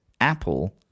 Apple